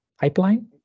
pipeline